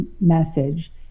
message